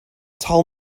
tell